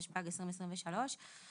התשפ"ג-2023.